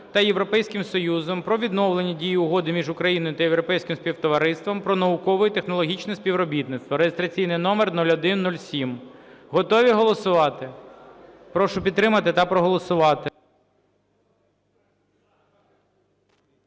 та Європейським Союзом про відновлення дії Угоди між Україною та Європейським Співтовариством про наукове і технологічне співробітництво (реєстраційний номер 0107). Готові голосувати? Прошу підтримати та проголосувати.